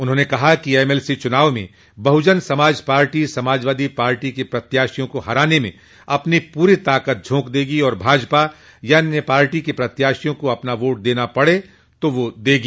उन्होंने कहा कि एमएलसी चुनाव में बसपा समाजवादी पार्टी प्रत्याशियों को हराने में अपनी पूरी ताकत झोंक देगी और भाजपा या अन्य पार्टी के प्रत्याशियों को अपना वोट देना पड़े तो देगी